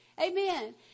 Amen